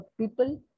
people